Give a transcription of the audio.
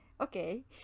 Okay